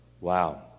Wow